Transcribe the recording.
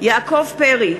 יעקב פרי,